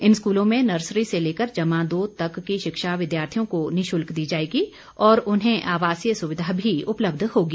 इन स्कूलों में नर्सरी से लेकर जमा दो तक की शिक्षा विद्यार्थियों को निशुल्क दी जाएगी और उन्हें आवासीय सुविधा भी उपलब्ध होगी